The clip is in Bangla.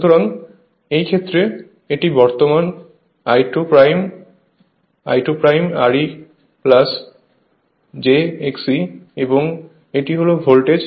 সুতরাং এই ক্ষেত্রে এটি বর্তমান I2 I2 Re j Xe এবং এটি হল ভোল্টেজ